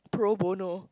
pro bono